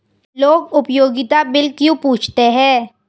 लोग उपयोगिता बिल क्यों पूछते हैं?